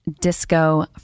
Disco